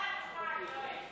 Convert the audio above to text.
לא, יואל.